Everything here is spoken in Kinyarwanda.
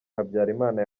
habyarimana